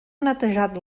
netejat